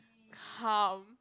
calm